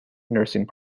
nursing